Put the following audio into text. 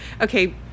Okay